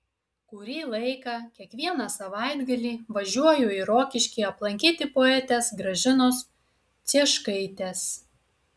kurį laiką kiekvieną savaitgalį važiuoju į rokiškį aplankyti poetės gražinos cieškaitės